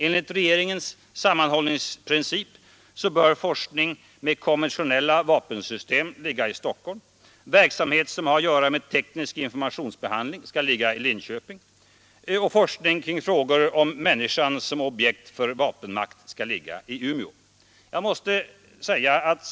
Enligt regeringens ”sammanhållningsprincip” bör forskning om konventionella vapensystem ligga i Stockholm, medan verksamhet som har att göra med teknisk informationsbehandling skall ligga i Linköping och forskning kring frågor om människan som objekt för vapenverkan skall ligga i Umeå.